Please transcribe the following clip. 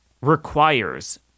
requires